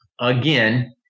again